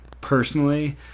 Personally